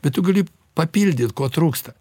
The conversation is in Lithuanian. bet tu gali papildyt ko trūksta